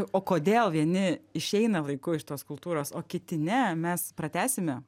o kodėl vieni išeina laiku iš tos kultūros o kiti ne mes pratęsime